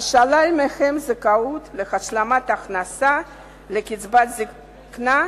ושלל מהם זכאות להשלמת הכנסה ולקצבת זיקנה,